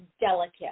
delicate